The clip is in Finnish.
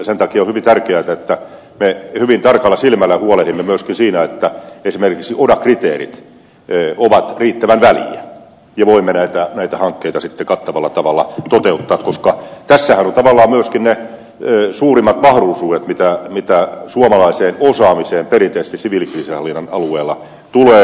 sen takia on hyvin tärkeätä että me hyvin tarkalla silmällä huolehdimme myöskin siitä että esimerkiksi oda kriteerit ovat riittävän väljiä ja voimme näitä hankkeita sitten kattavalla tavalla toteuttaa koska tässähän on tavallaan myöskin ne suurimmat mahdollisuudet mitä suomalaiseen osaamiseen perinteisesti siviilikriisinhallinnan alueella tulee